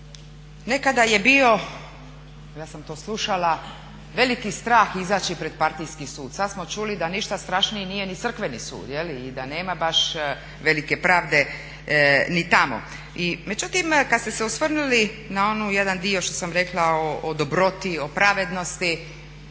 nekada je bio, ja sam to slušala veliki strah izaći pred partijski sud, sad smo čuli da ništa strašniji nije ni crkveni sud i da nema baš velike pravde ni tamo. Međutim, kad ste se osvrnuli na onaj jedan dio što sam rekla o dobroti, o pravednosti